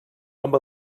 amb